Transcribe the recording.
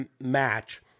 match